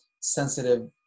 sensitive